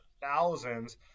thousands